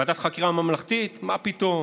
ועדת חקירה ממלכתית, מה פתאום.